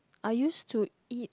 I used to eat